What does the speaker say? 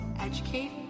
educate